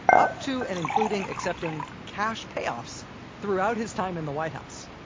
up to and including accepting cash payoffs throughout his time in the white house.